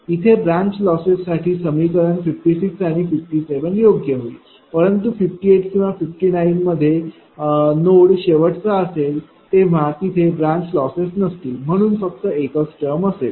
इथे branch losses साठी समीकरण 56 आणि 57 योग्य होईल परंतु 58 किंवा 59 मध्ये जेव्हा नोड शेवटचा असेल तेव्हा तिथे ब्रांच लॉसेस नसतील म्हणून फक्त एकच टर्म असेन